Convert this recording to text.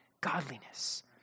Godliness